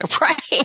Right